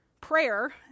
prayer